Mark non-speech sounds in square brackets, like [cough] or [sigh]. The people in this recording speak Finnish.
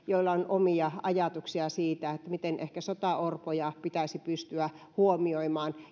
[unintelligible] jolla on omia ajatuksia siitä miten sotaorpoja pitäisi pystyä huomioimaan